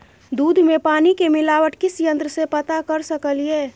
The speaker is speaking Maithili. दूध में पानी के मिलावट किस यंत्र से पता कर सकलिए?